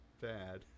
bad